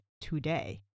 today